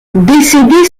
décédé